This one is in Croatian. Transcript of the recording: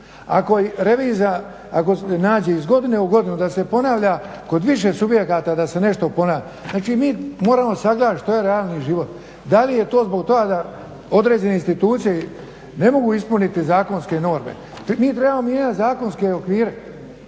Ako revizija nađe iz godinu u godinu da se ponavlja kod više subjekata da se nešto ponavlja, znači moramo sagledati što je realni život. Da li je to zbog toga što određene institucije ne mogu ispuniti zakonske norme? Mi trebamo mijenjati zakonske okvire,